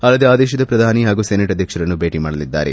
ಅಲ್ಲದೆ ಆ ದೇಶದ ಪ್ರಧಾನಿ ಹಾಗೂ ಸೆನೆಟ್ ಅಧ್ವಕ್ಷರನ್ನು ಭೇಟ ಮಾಡಲಿದ್ದಾರೆ